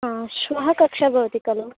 आ श्वः कक्षा भवति खलु